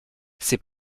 ses